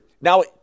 Now